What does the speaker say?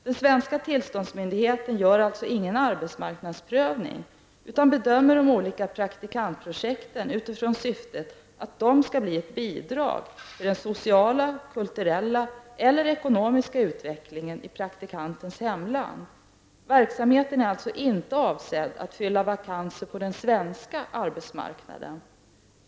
Den svenska tillståndsmyndigheten gör alltså ingen arbetsmarknadsprövning utan bedömer de olika praktikantprojekten utifrån syftet att de skall bli ett bidrag till den sociala, kulturella eller ekonomiska utvecklingen i praktikantens hemland. Verksamheten är alltså inte avsedd att fylla vakanser på den svenska arbetsmarknaden.